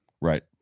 Right